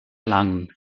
langen